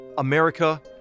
America